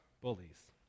bullies